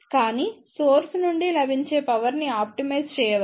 కానీ సోర్స్ నుండి లభించే పవర్ ని ఆప్టిమైజ్ చేయవచ్చు